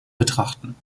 betrachten